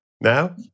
now